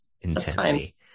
Intently